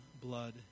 blood